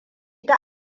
ta